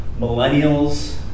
millennials